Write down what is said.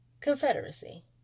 Confederacy